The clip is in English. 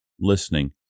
listening